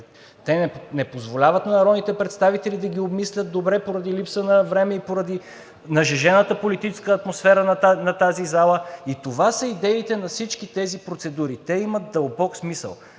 те не позволяват на народните представители да ги обмислят добре поради липса на време и поради нажежената политическа атмосфера на тази зала. Това са идеите на всички тези процедури. Те имат дълбок смисъл.